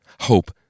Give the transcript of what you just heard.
hope